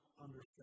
understand